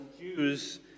Jews